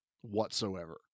whatsoever